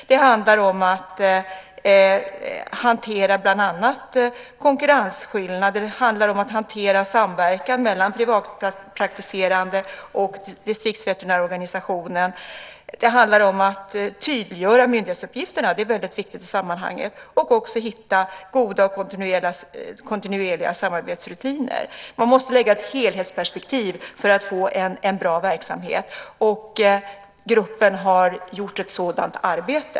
Det handlar om att hantera bland annat konkurrensskillnader, hantera samverkan mellan privatpraktiserande och distriktsveterinärorganisationer. Det handlar om att tydliggöra myndighetsuppgifterna - det är väldigt viktigt i sammanhanget - och att hitta goda och kontinuerliga samarbetsrutiner. Man måste lägga ett helhetsperspektiv för att få en bra verksamhet. Gruppen har gjort ett sådant arbete.